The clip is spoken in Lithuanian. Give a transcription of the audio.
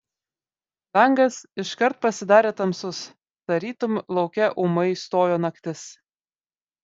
langas iškart pasidarė tamsus tarytum lauke ūmai stojo naktis